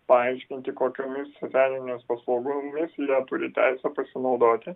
paaiškinti kokiomis socialinėmis paslaugomis jie turi teisę pasinaudoti